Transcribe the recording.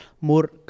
more